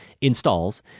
installs